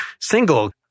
single